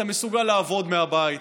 אתה מסוגל לעבוד מהבית,